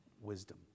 wisdom